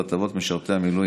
מה,